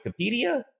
Wikipedia